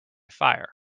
fire